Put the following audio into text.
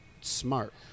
Smart